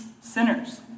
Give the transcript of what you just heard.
sinners